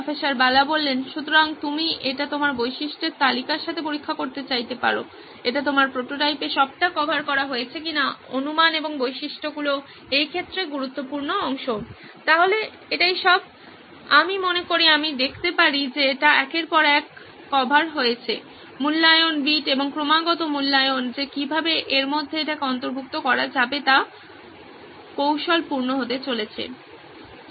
professor Bala সুতরাং তুমি এটি তোমার বৈশিষ্ট্যগুলির তালিকার সাথে পরীক্ষা করতে চাইতে পারো এটি তোমার প্রোটোটাইপে সবটা কভার করা হয়েছে কিনা অনুমান এবং বৈশিষ্ট্যগুলি এই ক্ষেত্রে গুরুত্বপূর্ণ অংশ তাহলে এটাই সব আমি মনে করি আমি দেখতে পারি যে এটি একের পর এক কভার হয়েছে মূল্যায়ন বিট এবং ক্রমাগত মূল্যায়ন যে কিভাবে এর মধ্যে এটাকে অন্তর্ভুক্ত করা যাবে তা কৌশল পূর্ণ হতে চলেছে